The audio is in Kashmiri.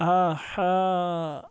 آہا